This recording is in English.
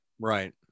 Right